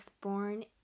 born